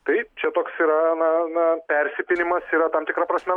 taip čia toks yra na na persipynimas yra tam tikra prasme